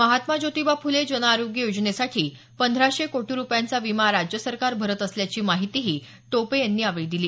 महात्मा ज्योतीबा फुले जन आरोग्य योजनेसाठी पंधराशे कोटी रुपयांचा विमा राज्य सरकार भरत असल्याची माहितीही टोपे यांनी यावेळी दिली